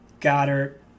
Goddard